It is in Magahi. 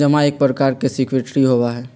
जमा एक प्रकार के सिक्योरिटी होबा हई